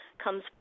comes